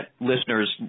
listener's